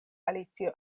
alicio